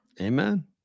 Amen